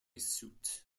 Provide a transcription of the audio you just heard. suit